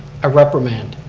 a reprimand.